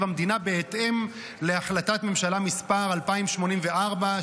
המדינה בהתאם להחלטת ממשלה מס' 2084,